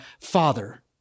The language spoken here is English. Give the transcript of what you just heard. father